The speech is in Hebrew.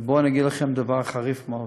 ובואו אגיד לכם דבר חריף מאוד: